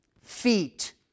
feet